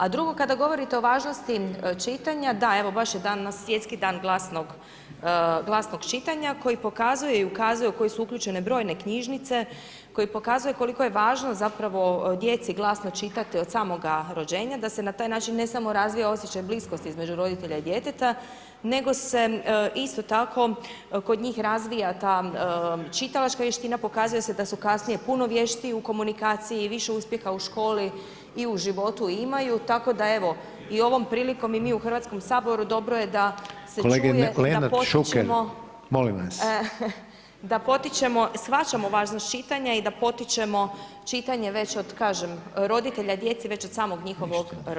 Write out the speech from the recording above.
A drugo, kada govorite o važnosti čitanja, da, evo baš je danas Svjetski dan glasnog čitanja koji pokazuje i ukazuje u koji su uključene brojne knjižnice koje pokazuje koliko je važno zapravo djeci glasno čitati od samoga rođenja da se na taj način, ne samo razvija osjećaj bliskosti između roditelja i djeteta, nego se isto tako kod njih razvija ta čitalačka vještina, pokazuje se da su kasnije puno vještiji u komunikaciji, više uspjeha u školi i u životu imaju, tako da evo i ovom prilikom i mi u HS-u da [[Upadica: Kolege Lenart, Šuker, molim vas…]] dobro je da se čuje da potičemo, shvaćamo važnost čitanja i da potičemo čitanje već od, kažem, roditelja, djece već od samog njihovog rođenja.